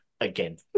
again